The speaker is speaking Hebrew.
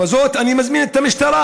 בזאת אני מזמין את המשטרה